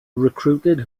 recruited